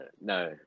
no